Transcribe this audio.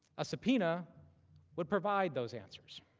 a subpoena would provide those answers.